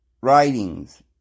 writings